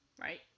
Right